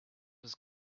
was